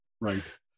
Right